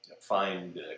find